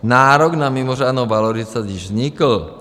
Nárok na mimořádnou valorizaci již vznikl.